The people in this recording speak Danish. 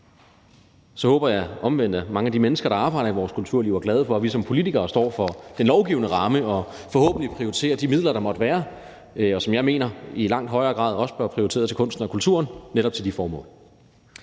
Så håber jeg omvendt, at mange af de mennesker, der arbejder i vores kulturliv, er glade for, at vi politikere står for den lovgivende ramme og forhåbentlig prioriterer de midler, der måtte være, og som jeg mener i langt højere grad også bør prioriteres til kunsten og kulturen, netop til de formål.